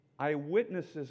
Eyewitnesses